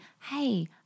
hey